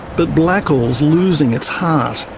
but blackall's losing its heart.